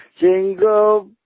jingle